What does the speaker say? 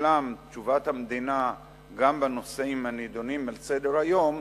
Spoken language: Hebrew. ותושלם תשובת המדינה גם בנושאים הנדונים בסדר-היום,